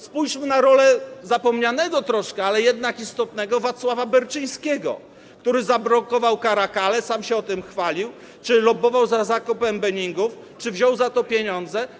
Spójrzmy na rolę zapomnianego troszkę, ale jednak istotnego Wacława Berczyńskiego, który zablokował karakale, sam się tym chwalił, czy lobbował za zakupem boeingów, czy wziął za to pieniądze.